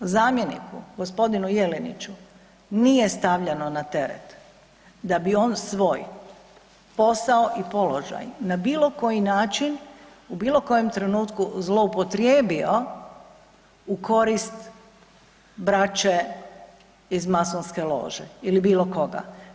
Zamjeniku g. Jeleniću nije stavljano na teret da bi on svoj posao i položaj na bilo koji način u bilo kojem trenutku zloupotrijebio u korist braće iz masonske lože ili bilo koga.